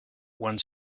want